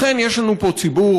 אכן יש לנו פה ציבור,